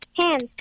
hands